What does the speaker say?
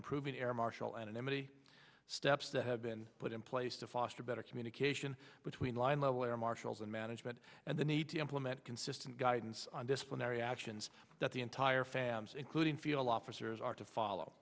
improving air marshal anonymity steps that have been put in place to foster better communication between line level ai marshals and management and they need to implement consistent guidance on disciplinary actions that the entire fams including feel officers are to follow